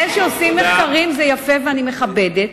זה שעושים מחקרים זה יפה ואני מכבדת,